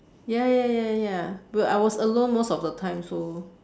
ya ya ya ya but I was alone most of the time so